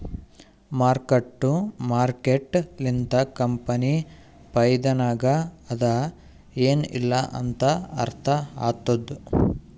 mark to market ಲಿಂತ company ಫೈದಾನಾಗ್ ಅದಾ ಎನ್ ಇಲ್ಲಾ ಅಂತ ಅರ್ಥ ಆತ್ತುದ್